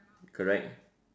correct